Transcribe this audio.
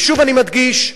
ושוב, אני מדגיש,